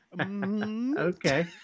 okay